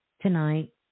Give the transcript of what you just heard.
tonight